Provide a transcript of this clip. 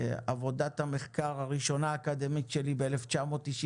שעבודת המחקר הראשונה האקדמית שלי ב-1995